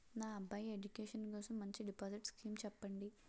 నా అబ్బాయి ఎడ్యుకేషన్ కోసం మంచి డిపాజిట్ స్కీం చెప్పండి